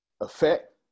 effect